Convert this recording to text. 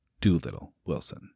Doolittle-Wilson